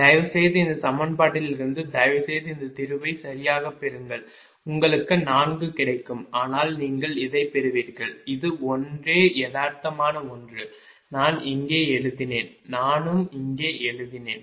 தயவுசெய்து இந்த சமன்பாட்டிலிருந்து தயவுசெய்து இந்த தீர்வை சரியாகப் பெறுங்கள் உங்களுக்கு 4 கிடைக்கும் ஆனால் நீங்கள் இதைப் பெறுவீர்கள் இது ஒன்றே யதார்த்தமான ஒன்று நான் இங்கே எழுதினேன் நானும் இங்கே எழுதினேன்